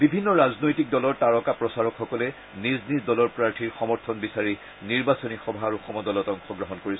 বিভিন্ন ৰাজনৈতিক দলৰ তাৰকা প্ৰচাৰকসকলে নিজ নিজ দলৰ প্ৰাৰ্থীৰ সমৰ্থন বিচাৰি নিৰ্বাচনী সভা আৰু সমদলত অংশগ্ৰহণ কৰিছে